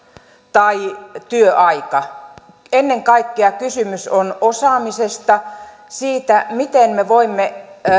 tai työaika ennen kaikkea kysymys on osaamisesta siitä miten me voimme